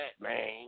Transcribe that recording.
man